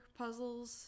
puzzles